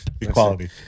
Equality